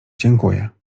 dziękuję